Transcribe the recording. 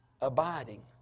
abiding